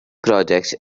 projects